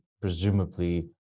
presumably